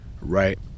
Right